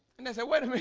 and they said wait a